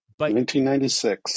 1996